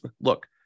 look